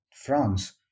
France